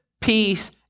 peace